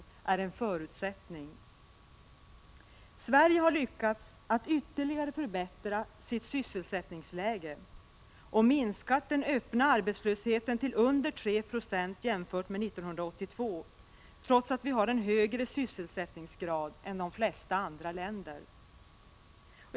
Sverige har sedan 1982 lyckats med att ytterligare förbättra sitt sysselsättningsläge och minskat den öppna arbetslösheten till under 3 96, trots att vi har en högre sysselsättningsgrad än de flesta andra länder.